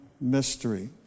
mystery